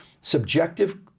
subjective